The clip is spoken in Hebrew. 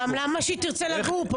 למה שהיא תרצה לגור כאן?